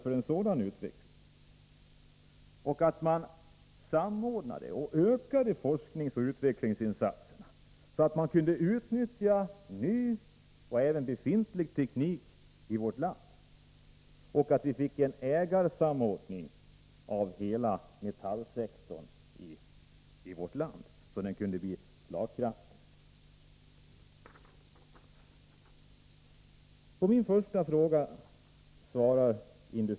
Man borde samordna det hela och öka forskningsoch utvecklingsinsatserna, så att man kunde utnyttja ny och även befintlig teknik i vårt land. Vi borde också få en ägarsamordning av hela metallsektorn i Sverige, så att den kunde bli slagkraftig.